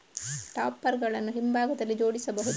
topper ಗಳನ್ನು ಹಿಂಭಾಗದಲ್ಲಿ ಜೋಡಿಸಬಹುದು